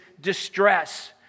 distress